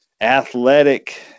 athletic